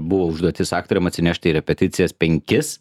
buvo užduotis aktoriam atsinešti į repeticijas penkis